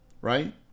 right